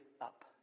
up